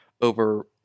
over